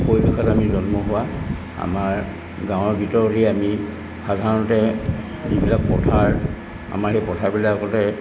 পৰিৱেশত আমি জন্ম হোৱা আমাৰ গাঁৱৰ ভিতৰতে আমি সাধাৰণতে যিবিলাক পথাৰ আমাৰ সেই পথাৰবিলাকতে